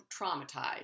traumatized